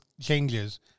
changes